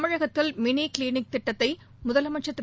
தமிழகத்தில் mini clinic திட்டத்தை முதலமைச்சர் திரு